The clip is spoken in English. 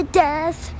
death